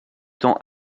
temps